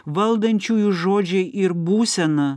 valdančiųjų žodžiai ir būsena